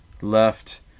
left